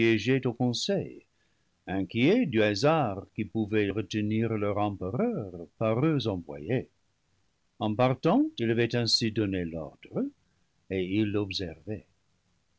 siégeaient au conseil inquiets du hasard qui pouvait retenir leur empereur par eux envoyé en partant il avait ainsi donné l'ordre et ils l'observaient